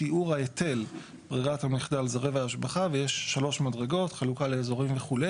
שיעור ההיטל --- ההשבחה ויש שלוש מדרגות חלוקה לאזורים וכולי